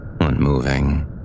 unmoving